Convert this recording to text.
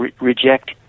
reject